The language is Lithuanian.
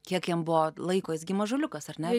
kiek jam buvo laiko jis gi mažuliukas ar ne